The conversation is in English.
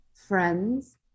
friends